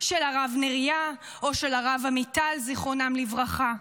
של הרב נריה או של הרב עמיטל, זיכרונם לברכה?